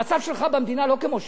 המצב שלך במדינה לא כמו שלי.